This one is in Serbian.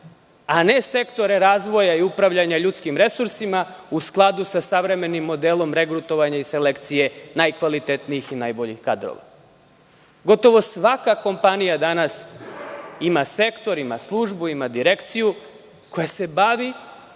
a ne sektore razvoja i upravljanja ljudskim resursima u skladu sa savremenim modelom regrutovanja i selekcije najkvalitetnijih i najboljih kadrova. Danas gotovo svaka kompanija ima sektor, ima službu, ima direkciju koja se bavi